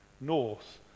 north